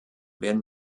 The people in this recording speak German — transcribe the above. werden